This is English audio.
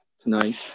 tonight